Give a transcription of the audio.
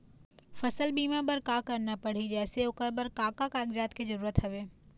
फसल बीमा बार का करना पड़ही जैसे ओकर बर का का कागजात के जरूरत हवे?